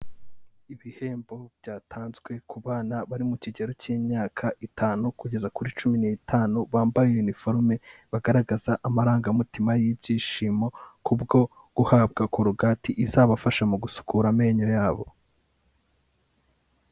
Ibihembo byatanzwe ku bana bari mu kigero k'imyaka itanu kugeza kuri cumi n'itanu, bambaye yuniforume, bagaragaza amarangamutima y'ibyishimo kubwo guhabwa korogate izabafasha mu gusukura amenyo yabo.